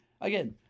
Again